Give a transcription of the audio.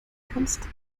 kannst